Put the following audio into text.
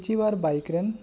ᱮᱪᱤᱵᱷᱟᱨ bike ᱨᱮᱱ